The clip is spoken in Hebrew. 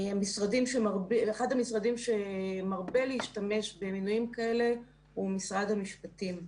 אחד המשרדים שמרבה להשתמש במינויים כאלה הוא משרד המשפטים.